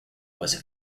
was